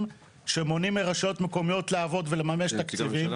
שמונעים מרשויות מקומיות לעבוד ולממש תקציבים,